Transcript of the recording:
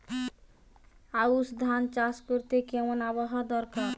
আউশ ধান চাষ করতে কেমন আবহাওয়া দরকার?